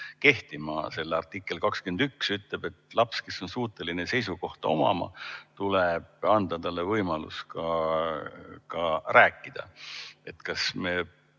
kehtima, selle artikkel 21 ütleb, et lapsele, kes on suuteline seisukohta omama, tuleb anda võimalus ka rääkida. Kas me